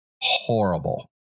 horrible